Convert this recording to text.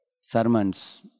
sermons